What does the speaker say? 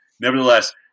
nevertheless